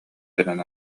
гынан